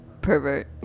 Pervert